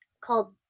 called